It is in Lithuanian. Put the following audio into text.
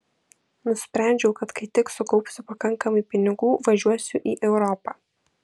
nusprendžiau kad kai tik sukaupsiu pakankamai pinigų važiuosiu į europą